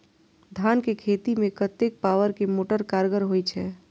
धान के खेती में कतेक पावर के मोटर कारगर होई छै?